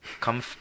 Come